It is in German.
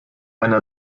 einer